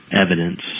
evidence